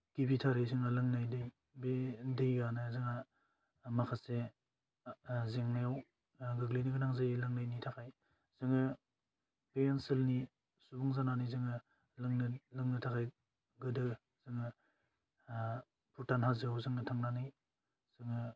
गिबिथारै जोंना लोंनाय दै बे दैयानो जोङा माखासे ओह जेंनायाव ओह गोग्लैनो गोनां जायो लोंनायनि थाखाय जोङो बे ओनसोलनि सुबुं जानानै जोङो लोंनो लोंनो थाखाय गोदो जोङो ओह भुटान हाजोआव जोंनो थांनानै जोङो